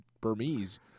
Burmese